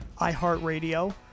iHeartRadio